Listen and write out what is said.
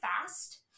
fast